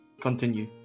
continue